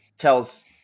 tells